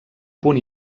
punt